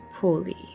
poorly